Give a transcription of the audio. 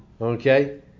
Okay